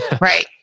right